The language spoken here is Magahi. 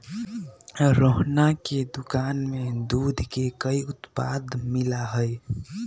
रोहना के दुकान में दूध के कई उत्पाद मिला हई